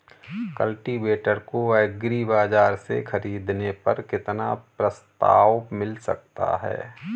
Cultivator को agri बाजार से ख़रीदने पर कितना प्रस्ताव मिल सकता है?